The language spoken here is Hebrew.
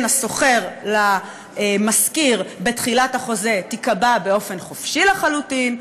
השוכר למשכיר בתחילת החוזה ייקבע באופן חופשי לחלוטין.